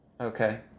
Okay